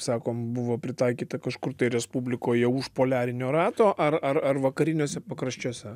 sakom buvo pritaikyta kažkur respublikoje už poliarinio rato ar ar ar vakariniuose pakraščiuose